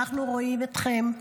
אנחנו רואים אתכן,